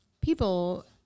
people